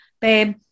babe